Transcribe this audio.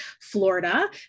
Florida